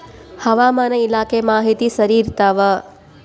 ಹವಾಮಾನ ಇಲಾಖೆ ಮಾಹಿತಿ ಸರಿ ಇರ್ತವ?